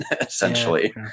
essentially